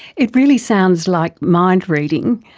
it really sounds like mind reading.